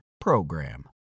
PROGRAM